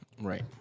Right